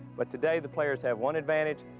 but today the players have one advantage.